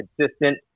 consistent